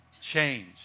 Change